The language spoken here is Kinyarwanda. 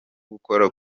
gukora